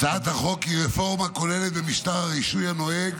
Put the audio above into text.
הצעת החוק היא רפורמה כוללת במשטר הרישוי הנוהג